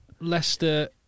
Leicester